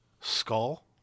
skull